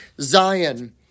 Zion